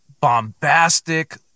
bombastic